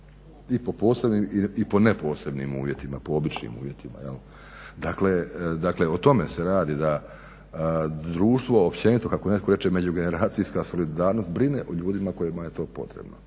i po posebnim i po ne posebnim uvjetima, po običnim uvjetima. Dakle, o tome se radi da društvo općenito kako netko reče međugeneracijska solidarnost brine o ljudima kojima je to potrebno.